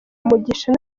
umugisha